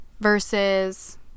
versus